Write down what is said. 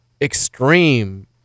extreme